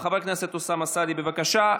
חבר הכנסת אוסאמה סעדי, בבקשה.